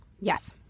Yes